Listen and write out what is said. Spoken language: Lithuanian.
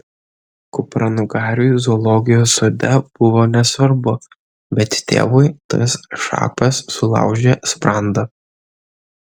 kupranugariui zoologijos sode buvo nesvarbu bet tėvui tas šapas sulaužė sprandą